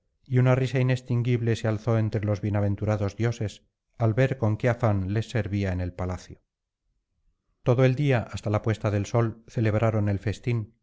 y una risa inextinguible se alzó entre los bienaventurados dioses al ver con qué afán les servía en el palacio todo el día hasta la puesta del sol celebraron el festín